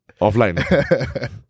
offline